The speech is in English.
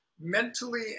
mentally